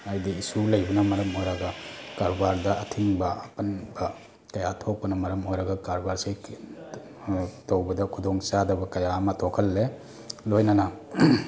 ꯍꯥꯏꯗꯤ ꯏꯁꯨ ꯂꯩꯕꯅ ꯃꯔꯝ ꯑꯣꯏꯔꯒ ꯀꯔꯕꯥꯔꯗ ꯑꯊꯤꯡꯕ ꯑꯄꯟꯕ ꯀꯌꯥ ꯊꯣꯛꯄꯅ ꯃꯔꯝ ꯑꯣꯏꯔꯒ ꯀꯔꯕꯥꯔꯁꯦ ꯇꯧꯕꯗ ꯈꯨꯗꯣꯡ ꯆꯥꯗꯕ ꯀꯌꯥ ꯑꯃ ꯊꯣꯛꯍꯜꯂꯦ ꯂꯣꯏꯅꯅ